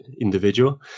individual